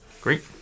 great